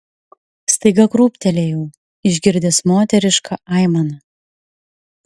staiga krūptelėjau išgirdęs moterišką aimaną